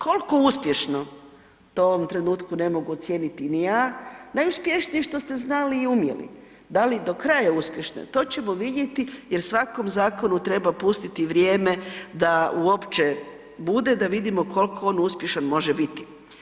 Koliko uspješno, to u ovom trenutku ne mogu ocijeniti ni ja, najuspješnije je što ste znali i umjeli, da li do kraja uspješno, to ćemo vidjeti jer svakom zakonu treba pustiti vrijeme da uopće bude, da vidimo koliko on uspješan može biti.